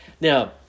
Now